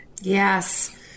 Yes